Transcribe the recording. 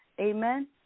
amen